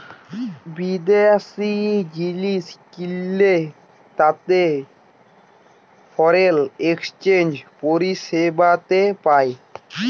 বিদ্যাশি জিলিস কিললে তাতে ফরেল একসচ্যানেজ পরিসেবাতে পায়